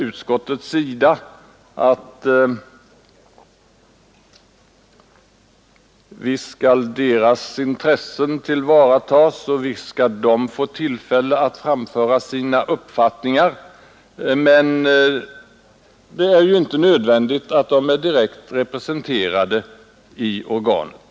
Utskottet säger att visst skall deras intressen tillvaratas och visst skall de få tillfälle att framföra sina synpunkter, men det är ju inte nödvändigt att de är direkt representerade i organet.